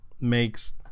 makes